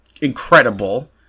incredible